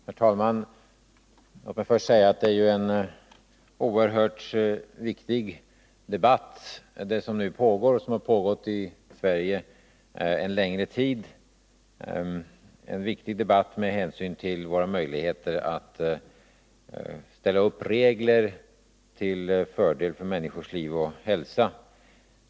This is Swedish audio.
Herr talman! Låt mig först säga att det är en oerhört viktig debatt som nu pågår och som har pågått i Sverige en längre tid. Det är en viktig debatt med hänsyn till våra möjligheter att ställa upp regler till fördel för människors liv och hälsa.